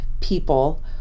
people